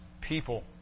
people